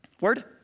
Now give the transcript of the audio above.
Word